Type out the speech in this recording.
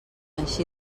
així